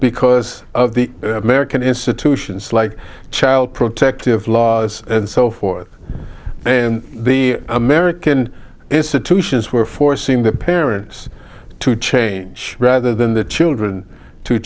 because of the american institutions like child protective laws and so forth and the american institutions were forcing the parents to change rather than the children to